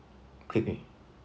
click me